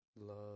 Love